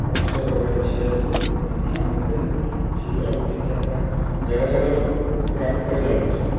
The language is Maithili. ऑफिसर वगैरह छथि एहिपर कनी ध्यान देताह ने तऽ ओ ठीक रहतै किया तऽ जगह जगह लोक ओकरा खोजि रहल छै